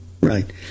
Right